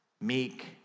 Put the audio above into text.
Meek